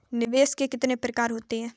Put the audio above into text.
निवेश के कितने प्रकार होते हैं?